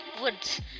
woods